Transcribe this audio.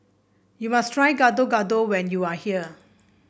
you must try Gado Gado when you are here